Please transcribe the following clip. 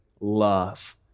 love